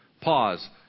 Pause